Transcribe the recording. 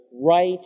right